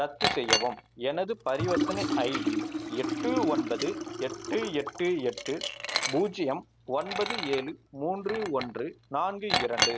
ரத்து செய்யவும் எனது பரிவர்த்தனை ஐடி எட்டு ஒன்பது எட்டு எட்டு எட்டு பூஜ்ஜியம் ஒன்பது ஏழு மூன்று ஒன்று நான்கு இரண்டு